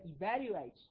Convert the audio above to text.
evaluate